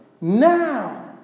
Now